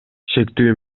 шектүү